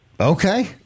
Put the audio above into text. Okay